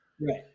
Right